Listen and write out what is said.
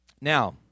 Now